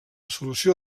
solució